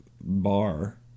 bar